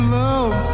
love